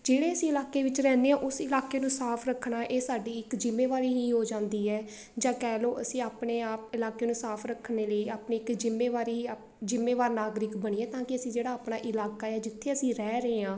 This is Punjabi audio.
ਜਿਹੜੇ ਅਸੀਂ ਇਲਾਕੇ ਵਿੱਚ ਰਹਿੰਦੇ ਹਾਂ ਉਸ ਇਲਾਕੇ ਨੂੰ ਸਾਫ਼ ਰੱਖਣਾ ਇਹ ਸਾਡੀ ਇੱਕ ਜ਼ਿੰਮੇਵਾਰੀ ਹੀ ਹੋ ਜਾਂਦੀ ਹੈ ਜਾਂ ਕਹਿ ਲਓ ਅਸੀਂ ਆਪਣੇ ਆਪ ਇਲਾਕੇ ਨੂੰ ਸਾਫ਼ ਰੱਖਣ ਦੇ ਲਈ ਆਪਣੀ ਇੱਕ ਜ਼ਿੰਮੇਵਾਰੀ ਆ ਜ਼ਿੰਮੇਵਾਰ ਨਾਗਰਿਕ ਬਣੀਏ ਤਾਂ ਕਿ ਅਸੀਂ ਜਿਹੜਾ ਆਪਣਾ ਇਲਾਕਾ ਹੈ ਜਿੱਥੇ ਅਸੀਂ ਰਹਿ ਰਹੇ ਹਾਂ